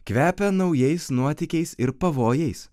kvepia naujais nuotykiais ir pavojais